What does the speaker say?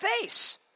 face